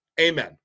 Amen